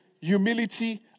humility